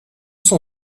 son